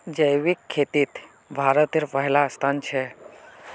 जैविक खेतित भारतेर पहला स्थान छे